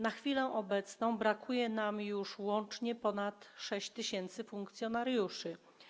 Na chwilę obecną brakuje nam już łącznie ponad 6 tys. funkcjonariuszy.